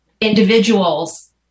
individuals